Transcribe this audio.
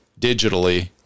digitally